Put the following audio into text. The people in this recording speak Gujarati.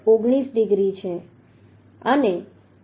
19 ડિગ્રી છે અને થીટા2 0 હશે